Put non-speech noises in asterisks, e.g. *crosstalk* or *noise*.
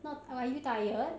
not *noise* are you tired